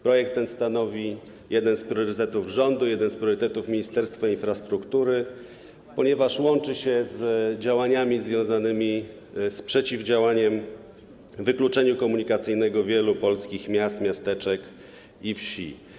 Projekt ten stanowi jeden z priorytetów rządu, jeden z priorytetów Ministerstwa Infrastruktury, ponieważ łączy się z działaniami związanymi z przeciwdziałaniem wykluczeniu komunikacyjnemu wielu polskich miast, miasteczek i wsi.